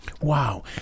Wow